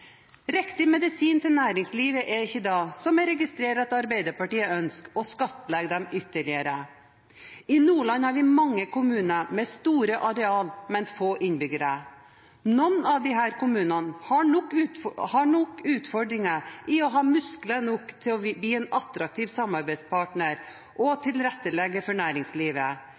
Riktig medisin til næringslivet er ikke da – som jeg registrerer at Ap ønsker – å skattlegge det ytterligere. I Nordland har vi mange kommuner med store areal, men få innbyggere. Noen av disse kommunene har nok utfordringer med å ha muskler nok til å bli en attraktiv samarbeidspartner og